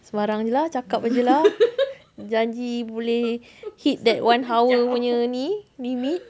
sembarang sahaja lah cakap sahaja lah janji boleh hit that one hour nya ni minute